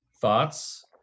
thoughts